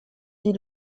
die